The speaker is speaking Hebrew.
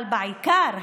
אבל בעיקר,